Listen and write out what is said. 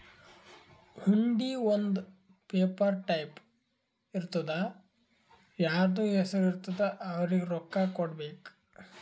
ಹುಂಡಿ ಒಂದ್ paper type ಇರ್ತುದಾ ಯಾರ್ದು ಹೆಸರು ಇರ್ತುದ್ ಅವ್ರಿಗ ರೊಕ್ಕಾ ಕೊಡ್ಬೇಕ್